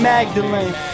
Magdalene